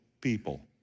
people